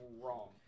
wrong